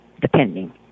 depending